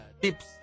tips